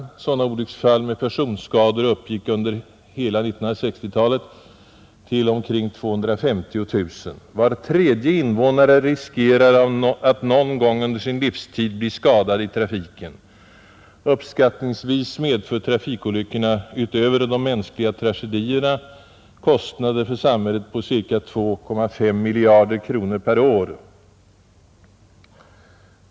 Antalet sådana olycksfall med personskador uppgick under hela 1960-talet till omkring 250 000. Var tredje invånare riskerar att någon gång under sin livstid bli skadad i trafiken. Uppskattningsvis medför trafikolyckorna utöver de mänskliga tragedierna kostnader för samhället på ca 2,5 miljarder kronor per år.